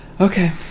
Okay